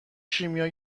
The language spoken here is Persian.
شیمی